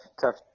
tough